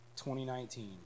2019